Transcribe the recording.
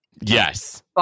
yes